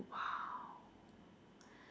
!wow!